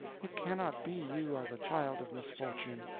it cannot be you are the child of misfortune,